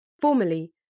Formally